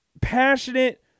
passionate